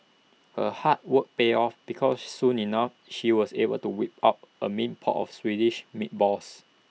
her hard work paid off because soon enough she was able to whip up A mean pot of Swedish meatballs